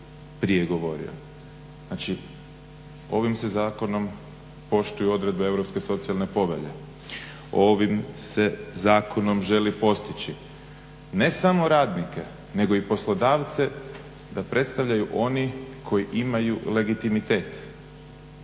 prije govorio. Znači, ovim se zakonom poštuju odredbe Europske socijalne povelje. Ovim se zakonom želi postići ne samo radnike nego i poslodavce da predstavljaju oni koji imaju legitimitet.